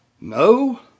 no